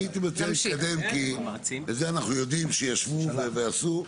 אני הייתי מציע להתקדם וזה אנחנו יודעים שישבו ועשו,